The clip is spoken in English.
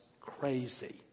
crazy